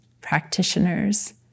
practitioners